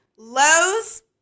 Lows